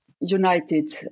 united